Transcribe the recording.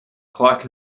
clark